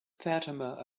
fatima